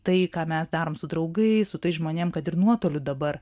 tai ką mes darom su draugais su tais žmonėm kad ir nuotoliu dabar